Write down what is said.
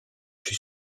fut